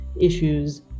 issues